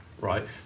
right